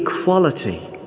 equality